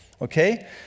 okay